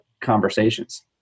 conversations